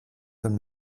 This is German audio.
von